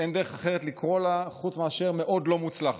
אין דרך אחרת לקרוא לה חוץ מאשר מאוד לא מוצלחת.